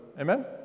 Amen